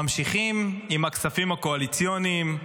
ממשיכים עם הכספים הקואליציוניים,